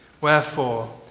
Wherefore